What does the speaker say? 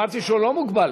אמרתי שהוא לא מוגבל